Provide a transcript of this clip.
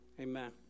Amen